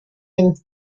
and